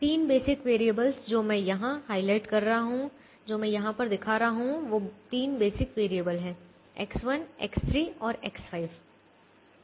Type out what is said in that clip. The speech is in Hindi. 3 बेसिक वैरिएबल्स जो मैं यहाँ हाइलाइट कर रहा हूँ जो मैं यहाँ पर दिखा रहा हूँ वो 3 बेसिक वैरिएबल हैं X1 X3 और X5